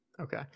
okay